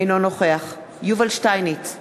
אינו נוכח יובל שטייניץ,